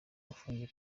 afungiye